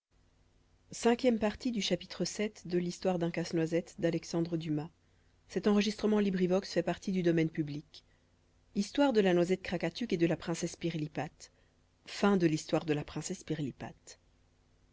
l'amande de la noisette de krakatuk dût rendre la beauté à la princesse